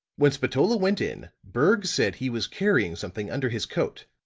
when spatola went in, berg said he was carrying something under his coat.